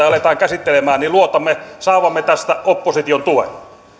aletaan käsittelemään niin luotamme saavamme tästä opposition tuen